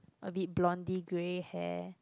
a bit blondie grey hair